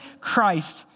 Christ